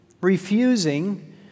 refusing